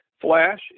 flash